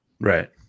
Right